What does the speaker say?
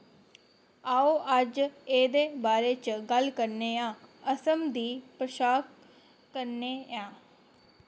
आओ अज्ज एह्दे बारे च गल्ल करने आं असम दी पशाक कनेही ऐ